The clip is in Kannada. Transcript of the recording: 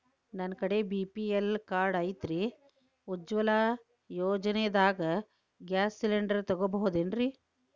ನನ್ನ ಕಡೆ ಬಿ.ಪಿ.ಎಲ್ ಕಾರ್ಡ್ ಐತ್ರಿ, ಉಜ್ವಲಾ ಯೋಜನೆದಾಗ ಗ್ಯಾಸ್ ಸಿಲಿಂಡರ್ ತೊಗೋಬಹುದೇನ್ರಿ?